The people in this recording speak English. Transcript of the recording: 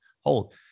hold